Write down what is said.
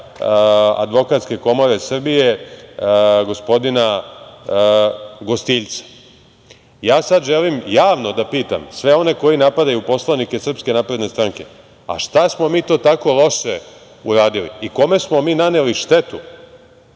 Advokatske komore Srbije gospodina Gostiljca. Sada želim javno da pitam sve one koji napadaju poslanike SNS – a šta smo mi to tako loše uradili i kome smo mi naneli štetu